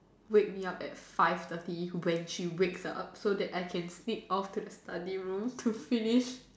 wake me up at five thirty when she wakes up so I can sneak off to the study room to finish